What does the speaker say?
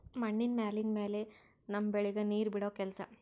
ಮಣ್ಣಿನ ಮ್ಯಾಲಿಂದ್ ಮ್ಯಾಲೆ ನಮ್ಮ್ ಬೆಳಿಗ್ ನೀರ್ ಬಿಡೋ ಕೆಲಸಾ